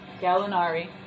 Galinari